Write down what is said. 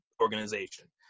organization